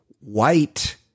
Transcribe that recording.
White